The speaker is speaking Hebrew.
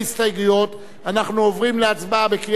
אנחנו עוברים להצבעה בקריאה שנייה,